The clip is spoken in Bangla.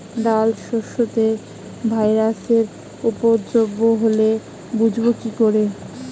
ডাল শস্যতে ভাইরাসের উপদ্রব হলে বুঝবো কি করে?